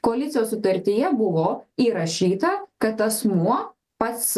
koalicijos sutartyje buvo įrašyta kad asmuo pats